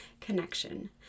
connection